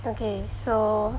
okay so